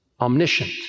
omniscient